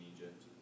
Egypt